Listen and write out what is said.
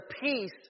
peace